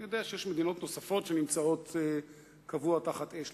אני יודע שיש מדינות נוספות שנמצאות קבוע תחת אש,